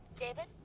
david?